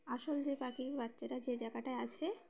আসল যে পাখির বাচ্চারা যে জায়গাটায় আছে